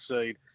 seed